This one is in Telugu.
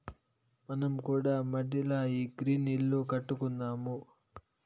మనం కూడా మడిల ఈ గ్రీన్ ఇల్లు కట్టుకుందాము